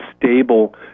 stable